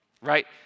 right